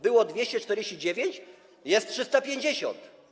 Było 249 mln, jest 350.